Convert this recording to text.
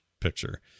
picture